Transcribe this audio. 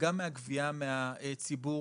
גם מהגבייה מהציבור,